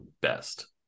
best